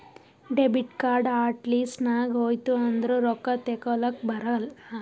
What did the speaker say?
debit card hot list ನಾಗ್ ಹೋಯ್ತು ಅಂದುರ್ ರೊಕ್ಕಾ ತೇಕೊಲಕ್ ಬರಲ್ಲ